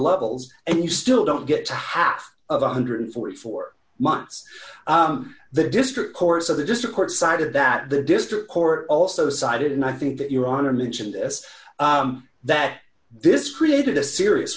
levels and you still don't get to half of one hundred and forty four months the district courts of the district court cited that the district court also cited and i think that your honor mentioned this that this created a serious